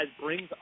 brings